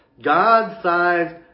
God-sized